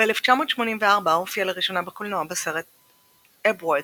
ב-1984 הופיע לראשונה בקולנוע בסרט "Abwärts",